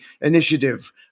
initiative